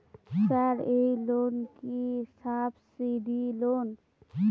Sir এই loan কি subsidy loan?